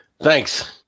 Thanks